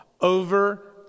over